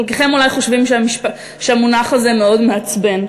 חלקכם אולי חושבים שהמונח הזה מאוד מעצבן,